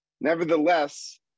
Nevertheless